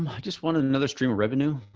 um i just wanted another stream of revenue.